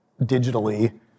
digitally